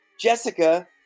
Jessica